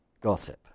gossip